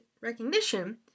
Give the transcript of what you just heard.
recognition